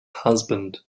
husband